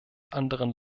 anderen